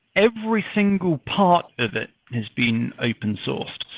every single part of it has been open-sourced.